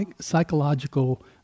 psychological